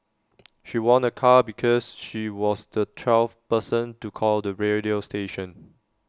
she won A car because she was the twelfth person to call the radio station